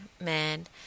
man